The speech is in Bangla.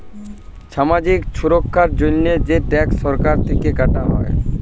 ছামাজিক ছুরক্ষার জন্হে যে ট্যাক্স সরকার থেক্যে কাটা হ্যয়